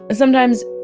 sometimes,